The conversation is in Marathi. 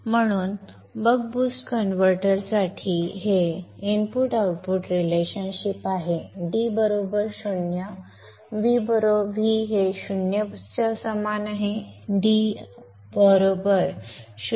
म्हणून बक बूस्ट कन्व्हर्टरसाठी हे इनपुट आउटपुट संबंध आहे d बरोबर 0 Vo समान 0 d वर 0